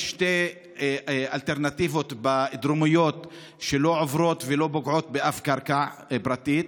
יש שתי אלטרנטיבות דרומיות שלא עוברות ולא פוגעות באף קרקע פרטית,